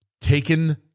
taken